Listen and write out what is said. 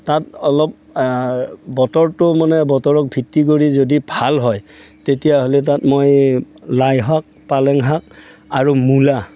তাত অলপ বতৰটো মানে বতৰক ভিত্তি কৰি যদি ভাল হয় তেতিয়াহ'লে তাত মই লাই শাক পালেং শাক আৰু মূলা